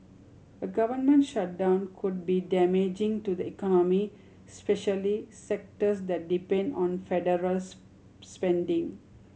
a government shutdown could be damaging to the economy especially sectors that depend on federal spending